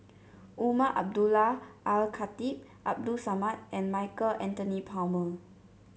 Umar Abdullah Al Khatib Abdul Samad and Michael Anthony Palmer